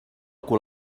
cul